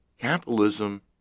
capitalism